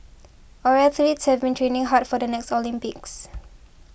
our athletes have been training hard for the next Olympics